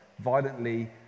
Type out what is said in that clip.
violently